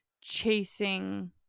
chasing